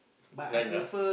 nice ah